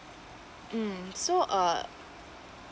mm so uh